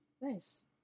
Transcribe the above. nice